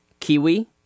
Kiwi